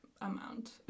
amount